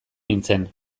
nintzen